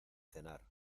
cenar